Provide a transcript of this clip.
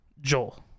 Joel